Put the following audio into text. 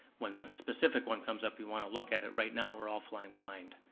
when a specific one comes up, we want to look at it, right now we're all flying blind.